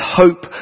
hope